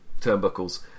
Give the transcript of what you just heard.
turnbuckles